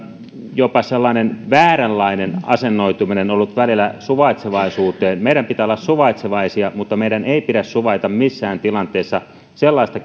jopa vääränlainen asennoituminen suvaitsevaisuuteen meidän pitää olla suvaitsevaisia mutta meidän ei pidä suvaita missään tilanteessa sellaista